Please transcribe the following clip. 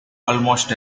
almost